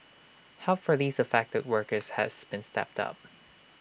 help for these affected workers has been stepped up